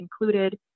included